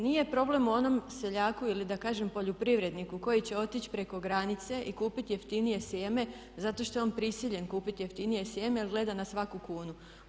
Nije problem u onom seljaku ili da kažem poljoprivredniku koji će otići preko granice i kupiti jeftinije sjeme zato što je on prisiljen kupiti jeftinije sjeme, jer gleda na svaku kunu.